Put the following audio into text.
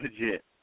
legit